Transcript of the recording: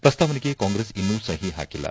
ಪ್ರಸ್ತಾವನೆಗೆ ಕಾಂಗ್ರೆಸ್ ಇನ್ನೂ ಸಹಿ ಹಾಕಿಲ್ಲ